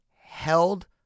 held